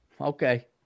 Okay